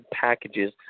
packages